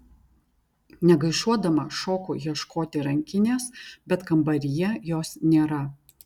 negaišuodama šoku ieškoti rankinės bet kambaryje jos nėra